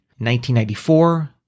1994